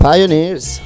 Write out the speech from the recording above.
Pioneers